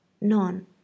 None